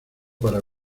para